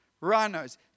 Rhinos